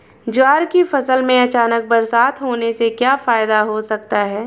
ज्वार की फसल में अचानक बरसात होने से क्या फायदा हो सकता है?